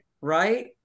right